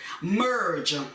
Merge